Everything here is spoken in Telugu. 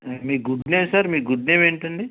మీ గుడ్ నేమ్ సార్ మీ గుడ్ నేమ్ ఏంటండి